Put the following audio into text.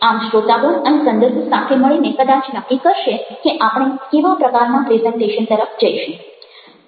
આમ શ્રોતાગણ અને સંદર્ભ સાથે મળીને કદાચ નક્કી કરશે કે આપણે કેવા પ્રકારના પ્રેઝન્ટેશન તરફ જઈશું